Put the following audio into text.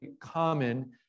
common